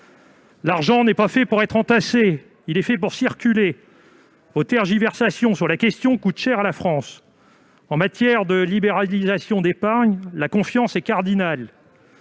L'argent n'est pas fait pour être entassé, il est fait pour circuler. Les tergiversations du Gouvernement sur la question coûtent cher à la France ! En matière de libéralisation de l'épargne, la confiance est cardinale.